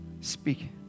Speak